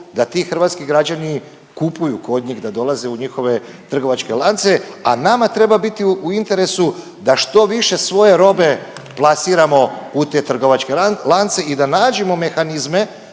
da ti hrvatski građani kupuju kod njih, da dolaze u njihove trgovačke lance, a nama treba biti u interesu da što više svoje robe plasiramo u te trgovačke lance i da nađemo mehanizme